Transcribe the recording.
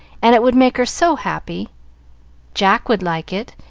and it would make her so happy jack would like it,